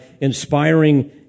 inspiring